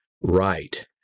right